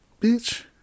bitch